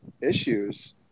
issues